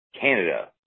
Canada